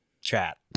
chat